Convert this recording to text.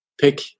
pick